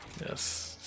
Yes